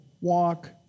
walk